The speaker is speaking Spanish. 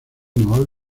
naval